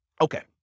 Okay